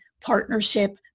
partnership